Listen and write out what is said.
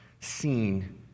seen